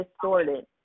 distorted